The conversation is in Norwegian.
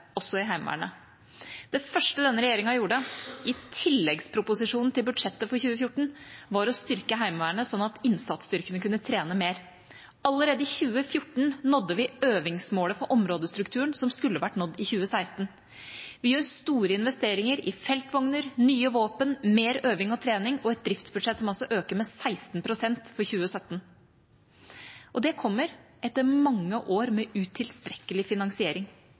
også i Heimevernet. Det første denne regjeringa gjorde, i tilleggsproposisjonen til budsjettet for 2014, var å styrke Heimevernet slik at innsatsstyrkene kunne trene mer. Allerede i 2014 nådde vi øvingsmålet for områdestrukturen, som skulle vært nådd i 2016. Vi gjør store investeringer i feltvogner, nye våpen, mer øving og trening og har et driftsbudsjett som altså øker med 16 pst. for 2017. Og det kommer etter mange år med utilstrekkelig finansiering.